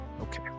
Okay